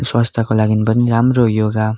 स्वास्थ्यको लागि पनि राम्रो योगा